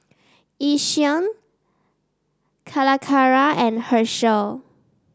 Yishion Calacara and Herschel